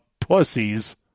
pussies